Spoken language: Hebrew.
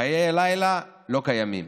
חיי הלילה לא קיימים.